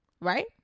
right